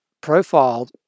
profile